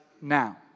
now